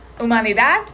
humanidad